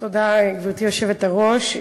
גברתי היושבת-ראש,